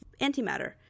antimatter